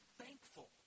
thankful